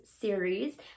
series